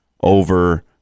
over